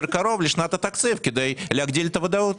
קרוב לשנת התקציב כדי להגדיל את הוודאות.